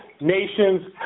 nations